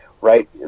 Right